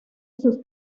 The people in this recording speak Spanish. sus